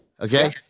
Okay